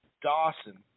Dawson